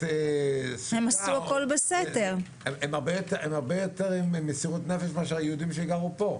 הם הרבה יותר עם מסירות נפש מאשר היהודים שגרו פה.